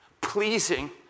pleasing